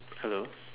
hello